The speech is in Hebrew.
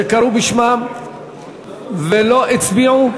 שקראו בשמם ולא הצביעו?